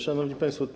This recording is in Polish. Szanowni Państwo!